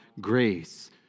grace